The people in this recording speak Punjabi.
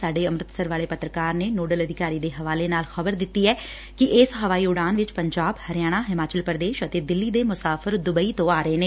ਸਾਡੇ ਅੰਮ੍ਰਿਤਸਰ ਵਾਲੇ ਪੱਤਰਕਾਰ ਨੇ ਨੋਡਲ ਅਧਿਕਾਰੀ ਦੇ ਹਵਾਲੈ ਨਾਲ ਖ਼ਬਰ ਦਿੱਤੀ ਐ ਕਿ ਇਸ ਹਵਾਈ ਉਡਾਣ ਚ ਪੰਜਾਬ ਹਰਿਆਣਾ ਹਿਮਾਚਲ ਪ੍ਰਦੇਸ਼ ਅਤੇ ਦਿੱਲੀ ਦੇ ਮੁਸਾਫ਼ਰ ਦੁੱਬਈ ਤੋਂ ਆ ਰਹੇ ਨੇ